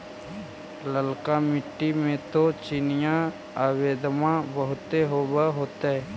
ललका मिट्टी मे तो चिनिआबेदमां बहुते होब होतय?